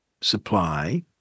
supply